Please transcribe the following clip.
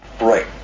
Right